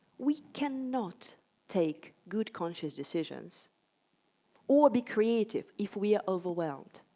we cannot take good conscious decisions or be creative if we are overwhelmed.